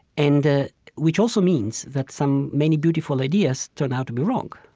and which also means that some many beautiful ideas turn out to be wrong